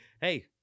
hey